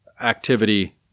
activity